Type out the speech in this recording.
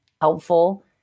helpful